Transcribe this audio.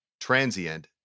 transient